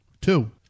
two